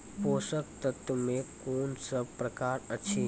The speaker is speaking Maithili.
पोसक तत्व मे कून सब प्रकार अछि?